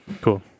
Cool